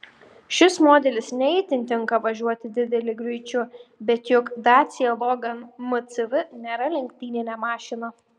šis modelis ne itin tinka važiuoti dideliu greičiu bet juk dacia logan mcv nėra lenktyninė mašina